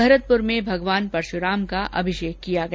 भरतपुर में भगवान परशुराम का अभिषेक किया गया